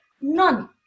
none